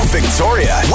Victoria